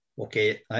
Okay